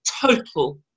total